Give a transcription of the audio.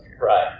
Right